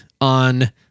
on